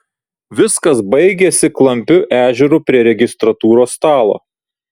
viskas baigėsi klampiu ežeru prie registratūros stalo